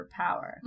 power